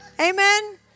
amen